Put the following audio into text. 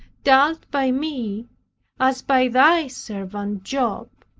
dealt by me as by thy servant job,